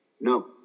No